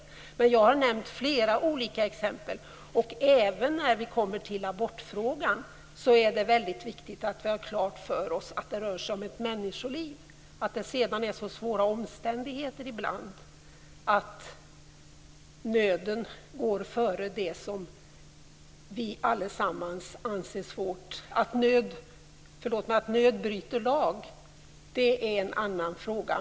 Jag har nämnt flera olika exempel. Även när vi kommer till abortfrågan är det väldigt viktigt att vi har klart för oss att det rör sig om ett människoliv, men däremot är det ibland så svåra omständigheter att nöd bryter lag. Det är en annan fråga.